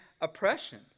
oppression